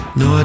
no